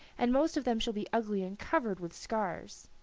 and most of them shall be ugly and covered with scars.